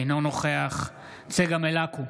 אינו נוכח צגה מלקו,